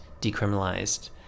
decriminalized